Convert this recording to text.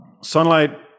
Sunlight